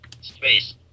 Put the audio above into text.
space